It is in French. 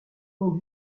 nom